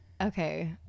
okay